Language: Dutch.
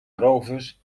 rovers